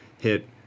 hit